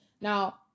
Now